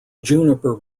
juniper